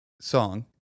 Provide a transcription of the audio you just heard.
song